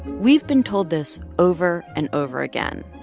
we've been told this over and over again,